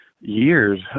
years